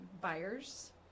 buyers